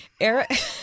Eric